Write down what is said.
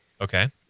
Okay